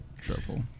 Triple